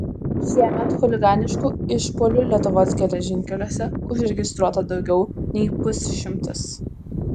šiemet chuliganiškų išpuolių lietuvos geležinkeliuose užregistruota daugiau nei pusšimtis